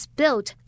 built